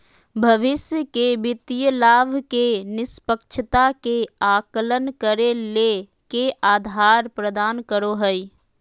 भविष्य के वित्तीय लाभ के निष्पक्षता के आकलन करे ले के आधार प्रदान करो हइ?